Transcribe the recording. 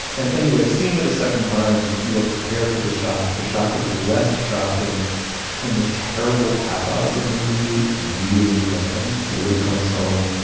and anyway, seeing it a second time, you were prepared for the shock. the shock is less shocking and the terrible pathos of the movie really lands, really comes home.